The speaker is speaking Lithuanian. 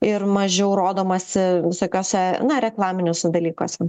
ir mažiau rodomasi visokiose na reklaminiuose dalykuose